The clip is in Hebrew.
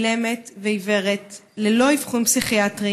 אילמת ועיוורת ללא אבחון פסיכיאטרי